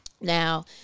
Now